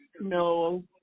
No